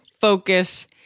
focus